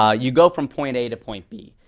ah you go from point a to point b.